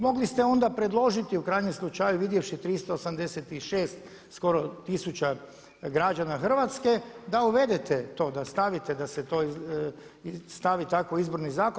Mogli ste onda predložiti u krajnjem slučaju vidjevši 386 skoro tisuća građana Hrvatske da uvedete to, da stavite da se to stavi u Izborni zakon.